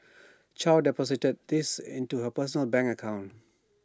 chow deposited these into her personal bank account